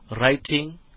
writing